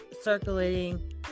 circulating